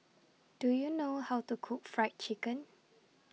Do YOU know How to Cook Fried Chicken